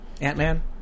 Ant-Man